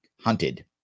hunted